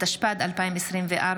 התשפ"ד 2024,